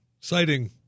citing